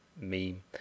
meme